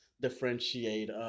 differentiate